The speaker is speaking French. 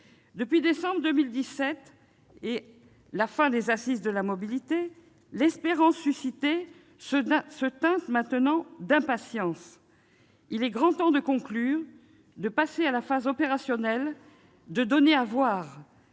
de décembre 2017 et la fin des Assises nationales de la mobilité, l'espérance suscitée se teinte d'impatience. Il est grand temps de conclure, de passer à la phase opérationnelle, de donner à voir.